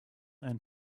and